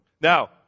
Now